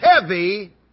heavy